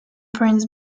prince